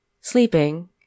sleeping